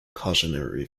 cautionary